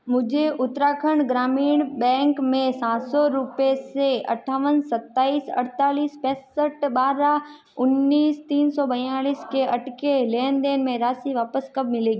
मुझे उत्तराखंड ग्रामीण बैंक में सात सौ रुपये से अट्ठावन सताइस अड़तालीस पैंसठ बारह उन्नीस तीन सौ बयालिस के अटके लेनदेन में राशि वापस कब मिलेगी